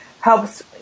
helps